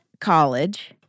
college